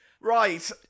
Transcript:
Right